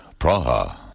Praha